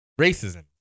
racism